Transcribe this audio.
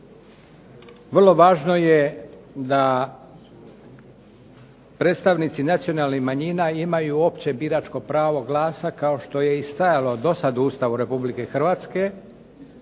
Vrlo važno je da predstavnici nacionalnih manjina imaju opće biračko pravo glasa kao što je i stajalo dosad u Ustavu Republike Hrvatske,